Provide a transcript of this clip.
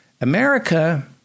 America